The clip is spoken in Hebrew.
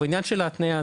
העניין של ההתניה,